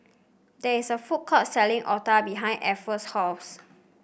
there is a food court selling otah behind Afton's house